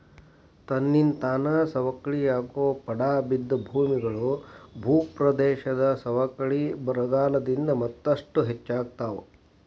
ತನ್ನಿಂತಾನ ಸವಕಳಿಯಾಗೋ ಪಡಾ ಬಿದ್ದ ಭೂಮಿಗಳು, ಭೂಪ್ರದೇಶದ ಸವಕಳಿ ಬರಗಾಲದಿಂದ ಮತ್ತಷ್ಟು ಹೆಚ್ಚಾಗ್ತಾವ